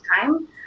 time